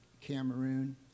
Cameroon